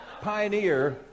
pioneer